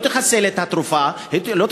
לא תחסל את המחלה,